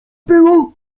było